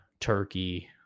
Turkey